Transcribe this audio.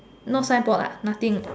not signboard ah nothing